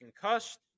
concussed